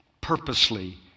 purposely